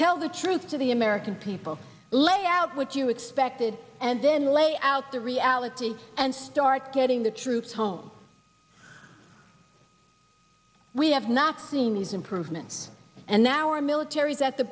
tell the truth to the american people lay out what you expected and then lay out the reality and start getting the troops home we have not seen these improvements and that our military is at the